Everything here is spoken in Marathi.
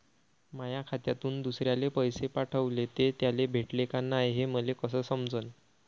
माया खात्यातून दुसऱ्याले पैसे पाठवले, ते त्याले भेटले का नाय हे मले कस समजन?